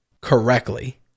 correctly